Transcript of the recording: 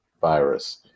virus